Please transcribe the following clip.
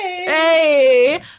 Hey